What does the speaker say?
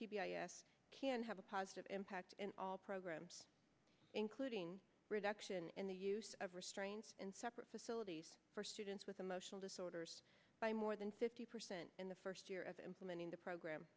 can have a positive impact in all programs including reduction in the use of restraints in separate facilities for students with emotional disorders by more than fifty percent in the first year of implementing the program